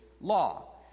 law